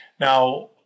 Now